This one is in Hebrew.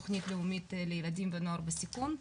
תכנית לאומית לילדים ונוער בסיכון,